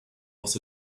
was